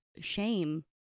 shame